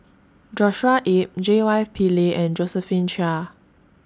Joshua Ip J Y Pillay and Josephine Chia